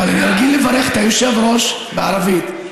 אבל מנהגי לברך את היושב-ראש בערבית,